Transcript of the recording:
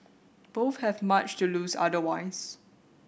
both have much to lose otherwise